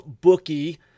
Bookie